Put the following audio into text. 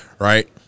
Right